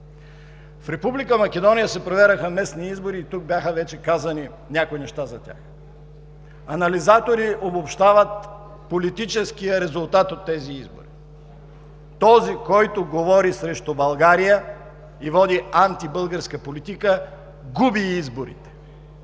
Македония се проведоха местни избори и тук вече бяха казани някои неща за тях. Анализатори обобщават политическия резултат от тези избори. Този, който говори срещу България и води антибългарска политика, губи изборите.